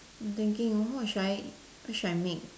I'm thinking what should I what should I make